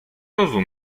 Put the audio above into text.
rozu